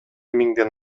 миңден